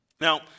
Now